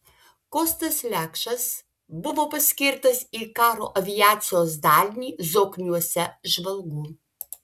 kostas lekšas buvo paskirtas į karo aviacijos dalinį zokniuose žvalgu